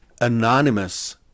anonymous